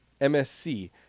MSC